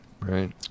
Right